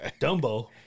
Dumbo